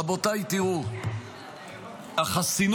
רבותיי, תראו, החסינות,